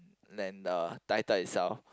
than the title itself